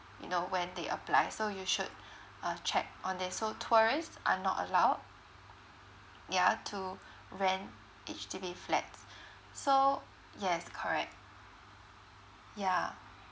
you know when they apply so you should uh check on this so tourist are not allowed yeah to rent H_D_B flats so yes correct yeah